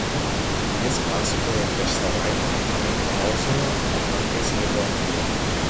jis pasakojo prieš savaitę r ozolą aplankęs ligoninėje